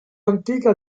antica